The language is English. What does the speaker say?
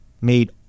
made